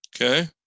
Okay